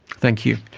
thank you.